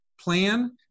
plan